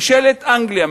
ממשלת אנגליה,